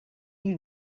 you